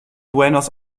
buenos